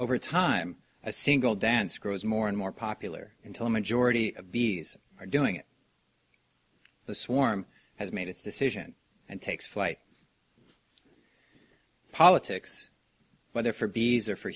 over time a single dance grows more and more popular until a majority of bees are doing it the swarm has made its decision and takes flight politics whether for bees or for